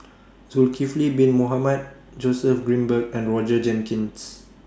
Zulkifli Bin Mohamed Joseph Grimberg and Roger Jenkins